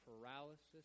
paralysis